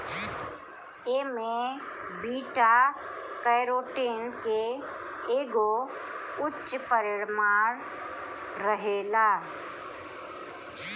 एमे beta carotene के एगो उच्च परिमाण रहेला